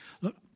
look